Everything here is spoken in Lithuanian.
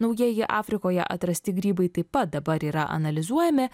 naujieji afrikoje atrasti grybai taip pat dabar yra analizuojami